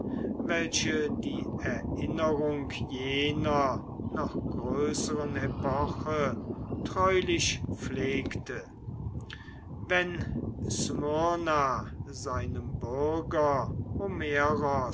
welche die erinnerung jener noch größeren epoche treulich pflegte wenn smyrna seinem bürger